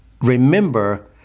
remember